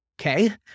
Okay